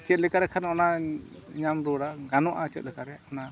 ᱪᱮᱫ ᱞᱮᱠᱟᱨᱮ ᱠᱷᱟᱱ ᱚᱱᱟᱧ ᱧᱟᱢ ᱨᱩᱣᱟᱹᱲᱟ ᱜᱟᱱᱚᱜᱼᱟ ᱪᱮᱫ ᱞᱮᱠᱟᱨᱮ ᱚᱱᱟ